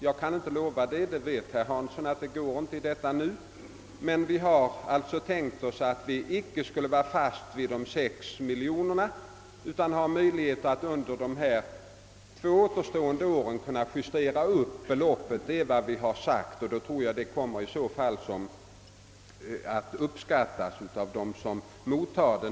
Jag kan inte i detta nu lova detta, det vet herr Hansson, men vi har tänkt oss att vi inte skall vara fastlåsta vid de sex miljonerna utan ha möjlighet att under de två återstående åren justera upp beloppet. Det är vad vi har sagt. En sådan åtgärd tror jag kommer att uppskattas av mottagarna.